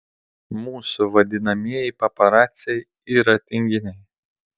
mūsų vadinamieji paparaciai yra tinginiai